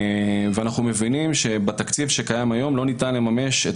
ואנחנו מבינים שבתקציב שקיים היום לא ניתן לממש את